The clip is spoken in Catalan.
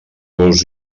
gos